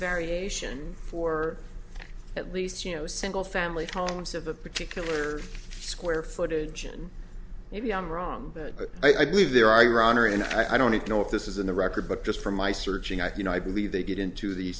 variation for at least you know a single family homes of a particular square footage and maybe i'm wrong but i believe there iran or and i don't know if this is in the record but just from my searching i you know i believe they get into the